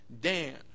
Dan